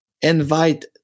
invite